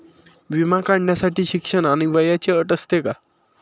विमा काढण्यासाठी शिक्षण आणि वयाची अट असते का?